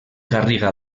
garriga